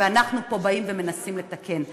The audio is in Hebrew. ואנחנו פה באים ומנסים לתקן.